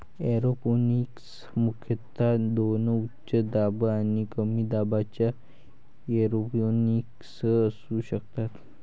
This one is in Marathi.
एरोपोनिक्स मुख्यतः दोन उच्च दाब आणि कमी दाबाच्या एरोपोनिक्स असू शकतात